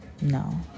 No